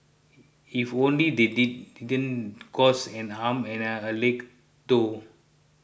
if only they didn't cost and arm and a leg though